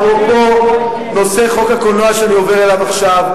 אפרופו חוק הקולנוע שאני עובר אליו עכשיו,